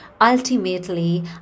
Ultimately